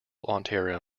ontario